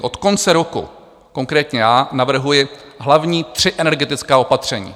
Od konce roku konkrétně já navrhuji hlavní tři energetická opatření.